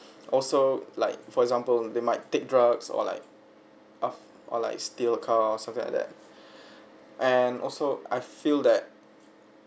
also like for example they might take drugs or like af~ or like steal a car or something like that and also I feel that